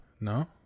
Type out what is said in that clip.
No